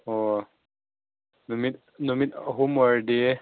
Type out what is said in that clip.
ꯑꯣ ꯅꯨꯃꯤꯠ ꯅꯨꯃꯤꯠ ꯑꯍꯨꯝ ꯑꯣꯏꯔꯗꯤ